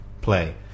play